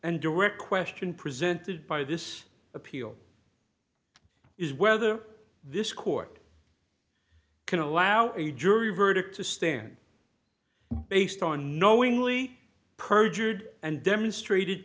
and direct question presented by this appeal is whether this court can allow a jury verdict to stand based on knowingly perjured and demonstrated